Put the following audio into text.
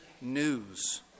news